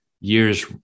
years